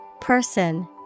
Person